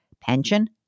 pension